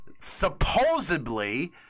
supposedly